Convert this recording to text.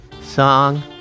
song